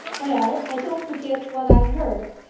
well, i don't forget what i heard,